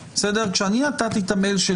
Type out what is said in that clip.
אבל אם אני נוסע כל יום בקו של